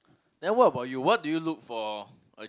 then what about you what do you look for a